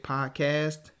Podcast